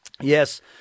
Yes